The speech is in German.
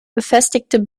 befestigte